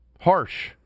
harsh